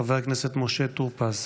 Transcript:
חבר הכנסת משה טור פז.